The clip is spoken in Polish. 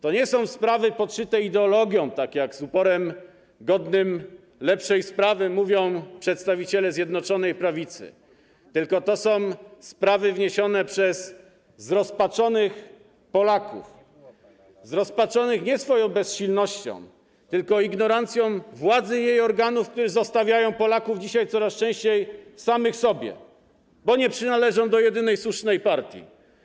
To nie są sprawy podszyte ideologią, tak jak z uporem godnym lepszej sprawy mówią przedstawiciele Zjednoczonej Prawicy, tylko to są sprawy wniesione przez zrozpaczonych Polaków, zrozpaczonych nie swoją bezsilnością, tylko ignorancją władzy i jej organów, które zostawiają Polaków dzisiaj coraz częściej samych sobie, bo nie przynależą do jedynej słusznej partii.